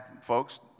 folks